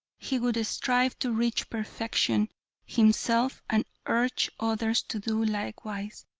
he would strive to reach perfection himself and urge others to do likewise.